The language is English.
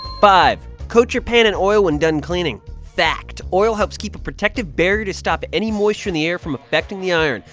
five. coat your pan in oil when done cleaning. fact oil helps keep a protective barrier to stop any moisture in the air from affecting the iron,